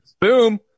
Boom